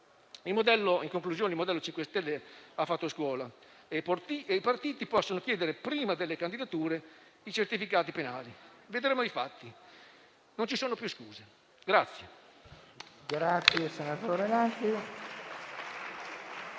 In conclusione, il modello del MoVimento 5 Stelle ha fatto scuola e i partiti possono chiedere prima delle candidature i certificati penali; vedremo i fatti, non ci sono più scuse.